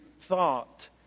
thought